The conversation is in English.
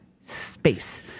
space